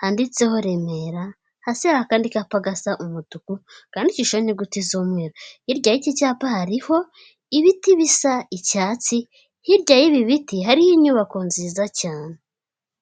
handitseho Remera, hasi hari akandi kapa gasa umutuku kandidikisha inyuguti z'umweru, hirya y'iki cyapa hariho ibiti bisa icyatsi, hirya y'ibi biti hariho inyubako nziza cyane.